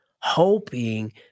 Hoping